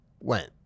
went